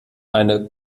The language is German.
eine